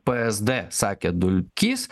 psd sakė dulkys